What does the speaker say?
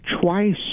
twice